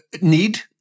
Need